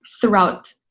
throughout